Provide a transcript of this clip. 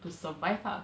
to survive ah